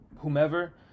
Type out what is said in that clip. Whomever